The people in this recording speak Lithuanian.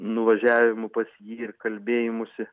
nuvažiavimų pas jį ir kalbėjimųsi